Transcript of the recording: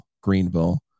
Greenville